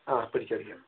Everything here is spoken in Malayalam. ആ പിടിക്കാം പിടിക്കാം